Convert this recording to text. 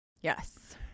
Yes